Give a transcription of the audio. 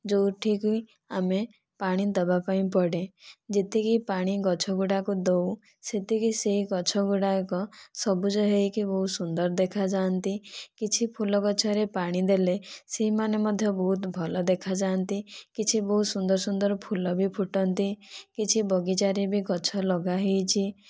ଯେଉଁଠିକି ଆମେ ପାଣି ଦେବା ପାଇଁ ପଡ଼େ ଯେତିକି ପାଣି ଗଛ ଗୁଡ଼ିକୁ ଦେଉ ସେତିକି ସେ ଗଛ ଗୁଡ଼ିକ ସବୁଜ ହୋଇକି ବହୁତ ସୁନ୍ଦର ଦେଖାଯାଆନ୍ତି କିଛି ଫୁଲ ଗଛରେ ପାଣି ଦେଲେ ସେହିମାନେ ମଧ୍ୟ ବହୁତ ଭଲ ଦେଖାଯାଆନ୍ତି କିଛି ବହୁତ ସୁନ୍ଦର ସୁନ୍ଦର ଫୁଲ ବି ଫୁଟନ୍ତି କିଛି ବଗିଚାରେ ବି ଗଛ ଲଗାହୋଇଛି